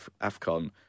AFCON